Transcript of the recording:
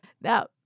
Now